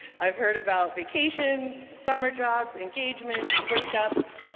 i've heard about vacations, summer jobs, engagements, break-ups,